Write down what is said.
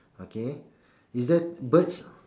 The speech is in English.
okay is that birds